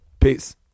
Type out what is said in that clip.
Peace